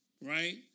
right